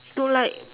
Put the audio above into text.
to like